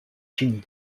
fini